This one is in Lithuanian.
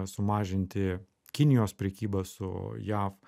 sumažinti kinijos prekyba su jav